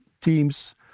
teams